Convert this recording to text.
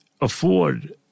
afford